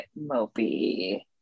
mopey